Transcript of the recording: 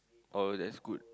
oh that's good